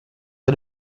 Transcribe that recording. est